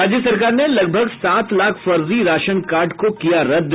और राज्य सरकार ने लगभग सात लाख फर्जी राशन कार्ड को किया रद्द